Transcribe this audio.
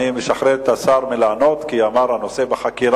אני משחרר את השר מלענות כי הוא אמר: הנושא בחקירה,